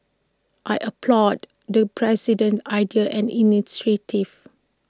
I applaud the president's ideas and initiatives